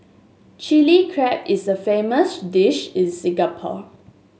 Chilli Crab is a famous dish in Singapore